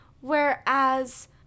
whereas